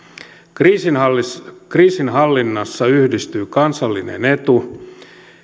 kriisinhallinnassa kriisinhallinnassa yhdistyy kansallinen etu